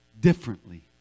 differently